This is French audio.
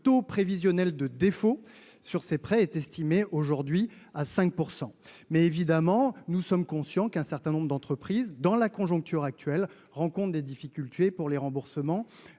le taux prévisionnel de défauts sur ces prêts est estimé aujourd'hui à 5 % mais évidemment nous sommes conscients qu'un certain nombre d'entreprises dans la conjoncture actuelle, rencontre des difficultés pour les remboursements